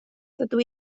dydw